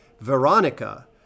Veronica